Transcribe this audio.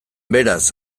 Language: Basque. beraz